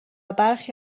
برخی